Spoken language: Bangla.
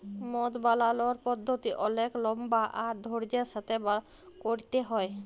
মদ বালালর পদ্ধতি অলেক লম্বা আর ধইর্যের সাথে ক্যইরতে হ্যয়